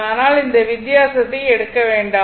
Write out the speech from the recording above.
ஆனால் இந்த வித்தியாசத்தை எடுக்க வேண்டாம்